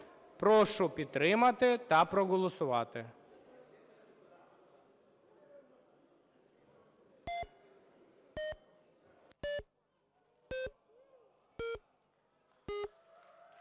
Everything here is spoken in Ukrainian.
Прошу підтримати та проголосувати.